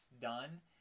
done